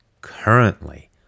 currently